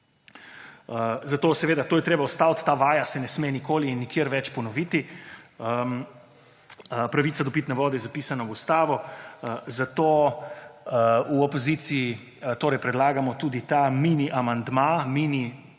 tarča tega. To je treba ustaviti, ta vaja se ne sme nikoli in nikjer več ponoviti. Pravica do pitne vode je zapisana v ustavo, zato v opoziciji predlagamo tudi ta mini amandma,